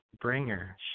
Bringer